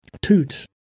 Toots